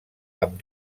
amb